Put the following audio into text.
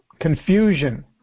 confusion